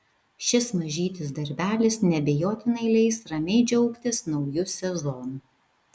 šis mažytis darbelis neabejotinai leis ramiai džiaugtis nauju sezonu